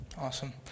awesome